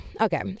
okay